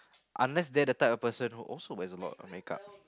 unless they're the type of person who also wears a lot of makeup